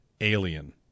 alien